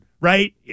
right